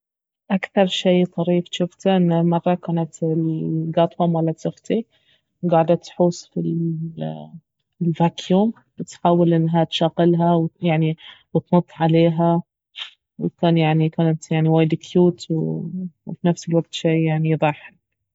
اكثر شي طريف جفته انه مرة كانت القطوة مالت اختي قاعدة تحوس في ال- الفاكيوم تحاول انها تشغلها وتنط عليها وكان كانت يعني وايد كيوت وفي النفس الوقت شي يعني يضحك